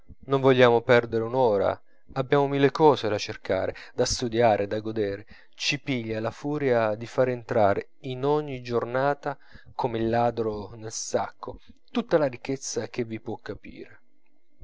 non vogliamo perderne un'ora abbiamo mille cose da cercare da studiare da godere ci piglia la furia di far entrar in ogni giornata come il ladro nel sacco tutta la ricchezza che vi può capire